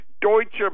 Deutsche